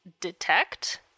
detect